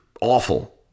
awful